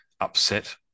upset